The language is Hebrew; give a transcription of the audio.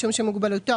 משום שמוגבלותו,